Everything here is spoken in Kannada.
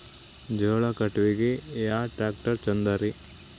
ಜೋಳ ಕಟಾವಿಗಿ ಯಾ ಟ್ಯ್ರಾಕ್ಟರ ಛಂದದರಿ?